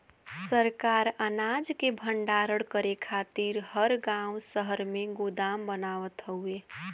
सरकार अनाज के भण्डारण करे खातिर हर गांव शहर में गोदाम बनावत हउवे